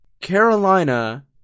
Carolina